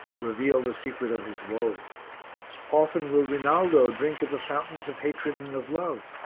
reveal the secret of his woe often will rinaldo drink of the fountains of hatred and of love,